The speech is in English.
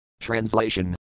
Translation